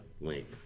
link